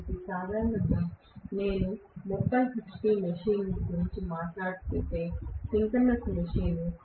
కాబట్టి సాధారణంగా నేను 30 hp మెషీన్ గురించి మాట్లాడితే సింక్రోనస్ మెషిన్